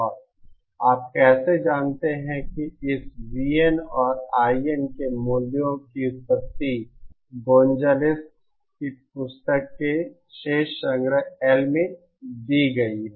और आप कैसे जानते हैं कि इस VN और IN के मूल्यों की व्युत्पत्ति गोंजालेस की पुस्तक के शेषसंग्रह L में दी गई है